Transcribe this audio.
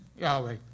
Yahweh